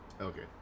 okay